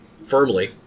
Firmly